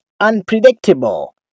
unpredictable